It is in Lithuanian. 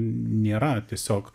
nėra tiesiog